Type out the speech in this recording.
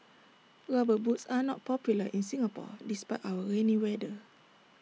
rubber boots are not popular in Singapore despite our rainy weather